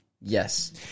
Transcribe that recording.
Yes